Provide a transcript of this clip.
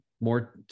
more